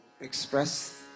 express